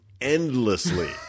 endlessly